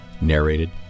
Narrated